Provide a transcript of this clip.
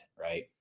Right